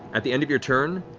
at the end of your turn,